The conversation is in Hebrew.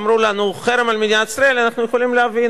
אמרו לנו: חרם על מדינת ישראל אנחנו יכולים להבין,